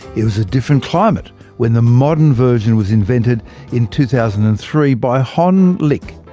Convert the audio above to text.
it was a different climate when the modern version was invented in two thousand and three by hon lik,